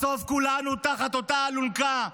בסוף כולנו תחת אותה אלונקה.